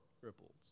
ripples